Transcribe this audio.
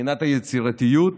מבחינת היצירתיות,